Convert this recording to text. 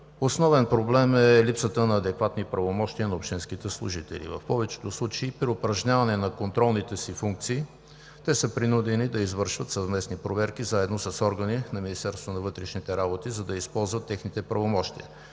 основен проблем е липсата на адекватни правомощия на общинските служители. В повечето случаи при упражняване на контролните си функции те са принудени за извършват съвместни проверки заедно с органи на Министерството на вътрешните работи, за да използват техните правомощия